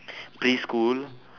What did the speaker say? preschool